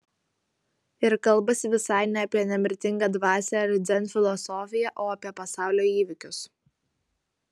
ir kalbasi visai ne apie nemirtingą dvasią ar dzen filosofiją o apie pasaulio įvykius